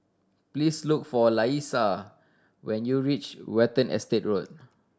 please look for Laisha when you reach Watten Estate Road